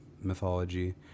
mythology